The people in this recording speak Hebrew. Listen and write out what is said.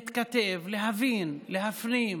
להתכתב, להבין, להפנים,